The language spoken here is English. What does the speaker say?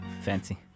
fancy